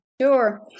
Sure